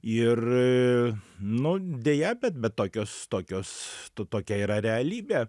ir nu deja bet bet tokios tokios to tokia yra realybė